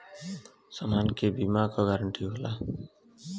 समान के बीमा क गारंटी होला